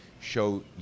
show